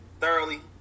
thoroughly